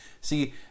See